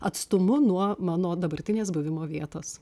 atstumu nuo mano dabartinės buvimo vietos